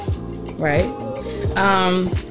Right